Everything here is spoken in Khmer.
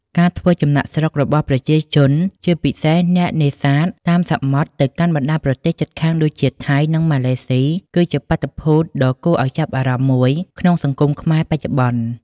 ការធ្វើចំណាកស្រុករបស់ប្រជាជន ជាពិសេសអ្នកនេសាទតាមសមុទ្រ ទៅកាន់បណ្ដាប្រទេសជិតខាងដូចជាថៃ និងម៉ាឡេស៊ី គឺជាបាតុភូតដ៏គួរឱ្យចាប់អារម្មណ៍មួយក្នុងសង្គមខ្មែរបច្ចុប្បន្ន។